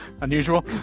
Unusual